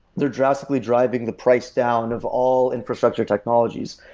they're drastically driving the price down of all infrastructure technologies.